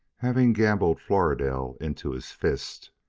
having gambled floridel into his fist,